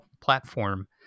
platform